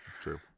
True